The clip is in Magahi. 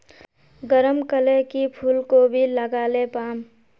गरम कले की फूलकोबी लगाले पाम?